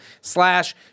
slash